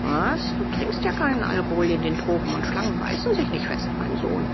was du trinkst ja keinen alkohol in den tropen und schlangen beißen sich nicht fest mein sohn